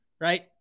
right